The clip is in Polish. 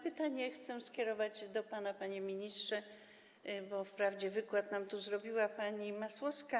Pytanie chcę skierować do pana, panie ministrze, bo wprawdzie wykład nam tu zrobiła pani Masłowska.